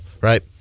Right